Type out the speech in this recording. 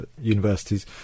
universities